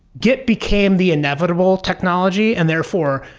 git became the inevitable technology and therefore,